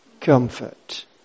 comfort